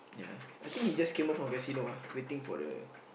ya I think he just came out from casino ah waiting for the